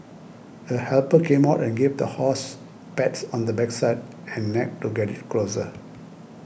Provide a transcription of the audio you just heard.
a helper came out and gave the horse pats on backside and neck to get it closer